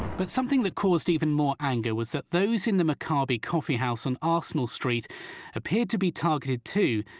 but something that caused even more anger was that those in the makabe coffee house on arsenal street appeared to be targeted too.